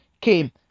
came